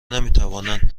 نمیتوانند